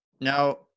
Now